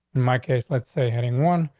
my case, let's say heading one.